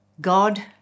God